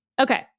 Okay